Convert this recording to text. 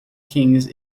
kings